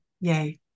Yay